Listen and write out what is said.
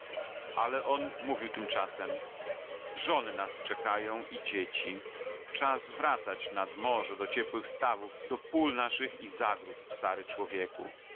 ale on mówił tymczasem żony nas czekają i dzieci czas wracać nad morze do ciepłych stawów do pól naszych i zagród stary człowieku